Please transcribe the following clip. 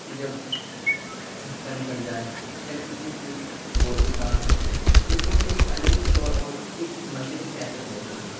کہ جب چھکا نکل جائے یا کسی کی گوٹی کاٹ لیں تو اس وقت ایک الگ ہی شور اور ایک مزے کی کیفیت ہوتی ہے